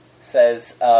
says